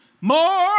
more